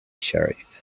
sheriff